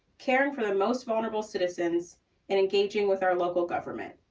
caring for the most vulnerable citizens and engaging with our local government.